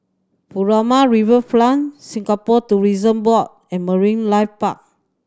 Furama Riverfront Singapore Tourism Board and Marine Life Park